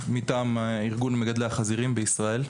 מטעם ארגון מגדלי החזירים בישראל.